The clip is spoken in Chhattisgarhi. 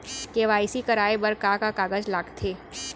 के.वाई.सी कराये बर का का कागज लागथे?